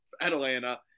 Atlanta